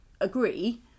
agree